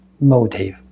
motive